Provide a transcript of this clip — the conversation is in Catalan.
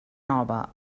nova